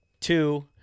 Two